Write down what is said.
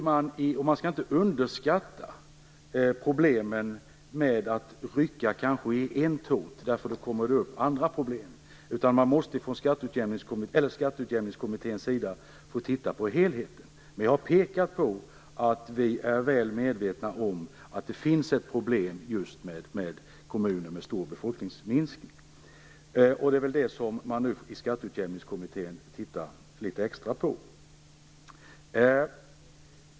Man skall inte underskatta problemen genom att kanske rycka i en tåt, därför att då uppkommer andra problem. Skatteutjämningskommittén måste få titta närmare på helheten. Jag har pekat på att vi är väl medvetna om att det finns ett problem just med kommuner som har en stor befolkningsminskning. Det är väl det som Skatteutjämningskommittén nu tittar litet extra på.